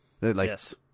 Yes